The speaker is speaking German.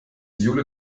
jule